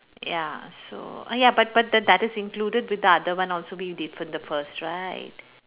ya so !aiya! but but th~ that is included with the other one also we did from the first right